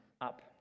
Up